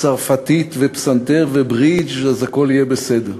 צרפתית ופסנתר וברידג', אז הכול יהיה בסדר.